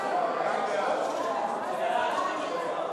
סעיפים 9 13 נתקבלו.